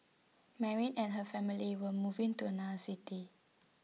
Mary and her family were moving to another city